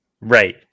Right